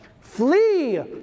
flee